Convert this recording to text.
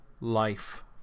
life